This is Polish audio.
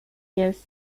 jest